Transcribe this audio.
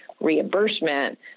reimbursement